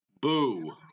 Boo